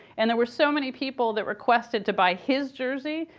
and there were so many people that requested to buy his jersey,